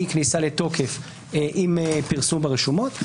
היא כניסה לתוקף עם פרסום ברשומות.